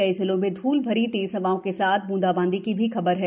कई जिलों में धूल भरी तेज हवाओं के साथ बूंदाबांदी की भी खबर है